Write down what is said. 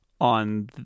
on